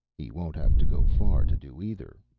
he won't have to go far to do either,